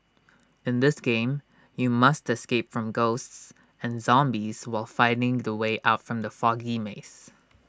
in this game you must escape from ghosts and zombies while finding the way out from the foggy maze